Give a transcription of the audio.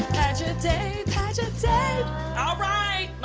pageant day, pageant all right,